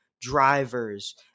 drivers